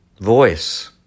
voice